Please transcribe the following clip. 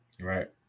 Right